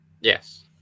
Yes